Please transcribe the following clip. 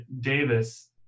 Davis